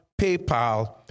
PayPal